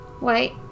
Wait